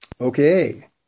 Okay